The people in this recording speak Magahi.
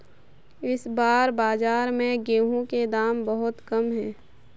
इस बार बाजार में गेंहू के दाम बहुत कम है?